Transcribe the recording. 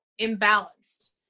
imbalanced